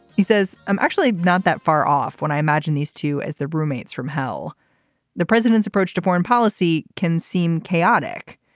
he says i'm actually not that far off when i imagine these two as their roommates from hell the president's approach to foreign policy can seem chaotic.